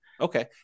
Okay